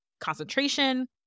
concentration